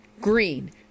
green